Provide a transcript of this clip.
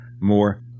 more